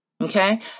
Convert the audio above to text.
Okay